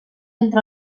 entre